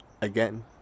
Again